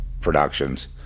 Productions